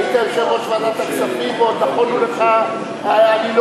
היית יושב-ראש ועדת הכספים ועוד נכונו לך עלילות.